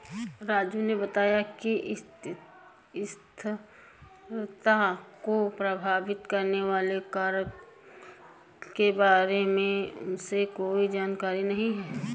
राजू ने बताया कि स्थिरता को प्रभावित करने वाले कारक के बारे में उसे कोई जानकारी नहीं है